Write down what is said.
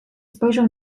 spojrzał